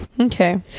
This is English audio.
Okay